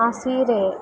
ಆ ಸೀರೆ